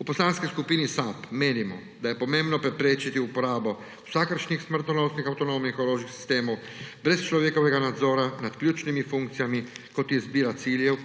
V Poslanski skupini SAB menimo, da je pomembno preprečiti uporabo vsakršnih smrtonosnih avtonomnih orožnih sistemov brez človekovega nadzora nad ključnimi funkcijami, kot sta izbira ciljev